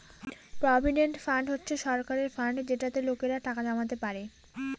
provident fund হচ্ছে সরকারের fund যেটাতে লোকেরা টাকা জমাতে পারে